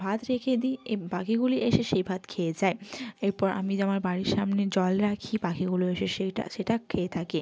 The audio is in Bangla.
ভাত রেখে দিই এ পাখিগুলি এসে সেই ভাত খেয়ে যায় এরপর আমি যে আমার বাড়ির সামনে জল রাখি পাখিগুলো এসে সেইটা সেটা খেয়ে থাকে